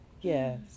Yes